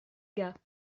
gars